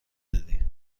دادی